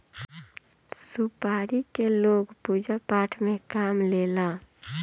सुपारी के लोग पूजा पाठ में काम लेला